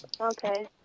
Okay